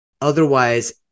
Otherwise